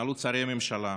שרי הממשלה,